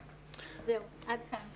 זהו, עד כאן.